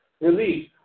Release